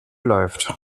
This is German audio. läuft